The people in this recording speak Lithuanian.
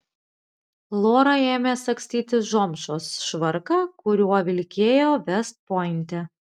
lora ėmė sagstytis zomšos švarką kuriuo vilkėjo vest pointe